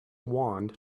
wand